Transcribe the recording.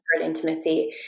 intimacy